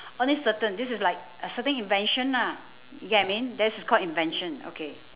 only certain this like a certain invention lah you get what I mean this is called invention okay